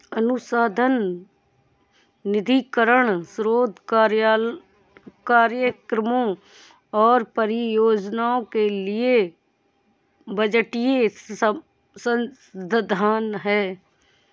अनुसंधान निधीकरण स्रोत कार्यक्रमों और परियोजनाओं के लिए बजटीय संसाधन है